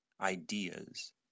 ideas